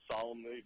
solemnly